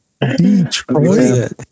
Detroit